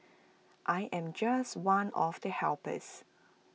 I am just one of the helpers